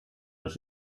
los